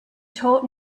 taught